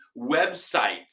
websites